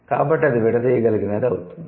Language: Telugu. కాబట్టి అది విడదీయగలిగినది అవుతుంది